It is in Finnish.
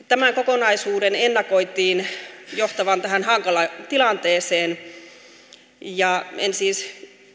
tämän kokonaisuuden ennakoitiin johtavan tähän hankalaan tilanteeseen en siis